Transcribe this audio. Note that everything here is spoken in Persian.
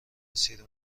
مسیر